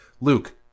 Luke